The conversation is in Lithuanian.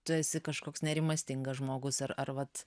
tu esi kažkoks nerimastingas žmogus ar ar vat